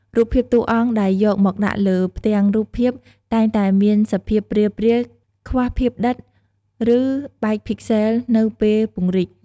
រូបភាពតួអង្គដែលយកមកដាក់លើផ្ទាំងរូបភាពតែងតែមានសភាព ព្រាលៗ ខ្វះភាពដិត ឬបែកភីកសែល នៅពេលពង្រីក ។